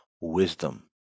Wisdom